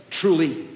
truly